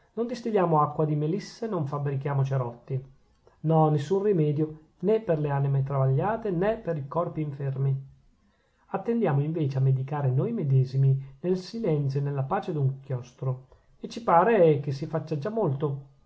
non distilliamo acqua di melissa non fabbrichiamo cerotti no nessun rimedio nè per le anime travagliate nè pei corpi infermi attendiamo invece a medicare noi medesimi nel silenzio e nella pace d'un chiostro e ci pare che si faccia già molto